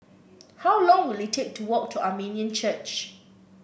how long will it take to walk to Armenian Church